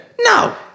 No